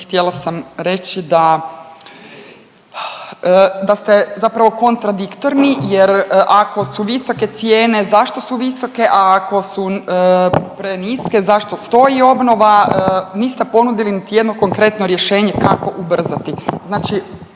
htjela sam reći da, da ste zapravo kontradiktorni jer ako su visoke cijene zašto su visoke, a ako su preniske zašto stoji obnova. Niste ponudili niti jedno konkretno rješenje kako ubrzati. Znači